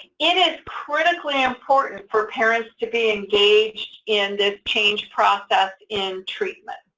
it is critically important for parents to be engaged in this changed process in treatment.